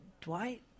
Dwight